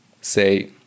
say